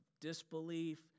disbelief